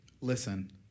Listen